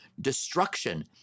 destruction